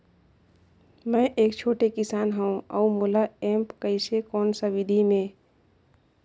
मै एक छोटे किसान हव अउ मोला एप्प कइसे कोन सा विधी मे?